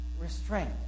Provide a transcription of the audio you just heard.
restraint